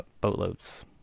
boatloads